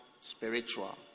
spiritual